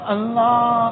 Allah